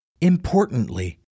Importantly